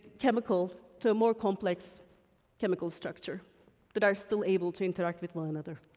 chemical to a more complex chemical structure that are still able to interact with one another.